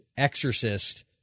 Exorcist